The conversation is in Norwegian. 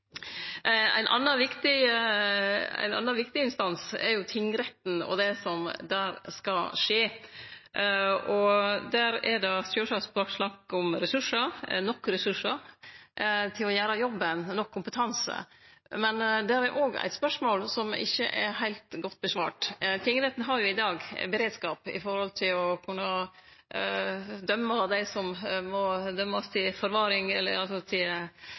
Ein annan viktig instans er jo tingretten og det som der skal skje. Der er det sjølvsagt snakk om resursar – nok resursar til å gjere jobben, nok kompetanse. Men det er òg eit spørsmål som ikkje er heilt godt svart på. Tingretten har jo i dag beredskap når det gjeld å kunne dømme dei som må dømmast for ulike brotsverk, til forvaring